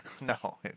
No